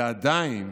זה עדיין